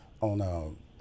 on